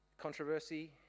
controversy